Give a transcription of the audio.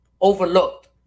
overlooked